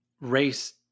race